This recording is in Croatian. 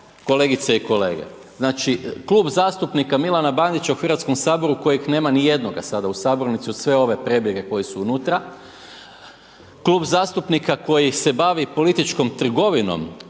kolegice i kolege? Znači Klub zastupnika Milana Bandića u Hrvatskom saboru, kojeg nema ni jednoga sada u Sabora, niti su sve ove prebjege koje su unutra, Klub zastupnika koji se bavi političkom trgovinom